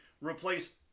replace